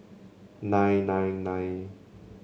nine nine nine